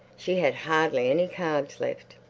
she had hardly any cards left.